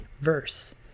verse